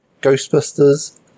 Ghostbusters